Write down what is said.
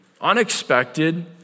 unexpected